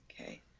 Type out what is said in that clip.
Okay